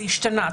זה השתנה.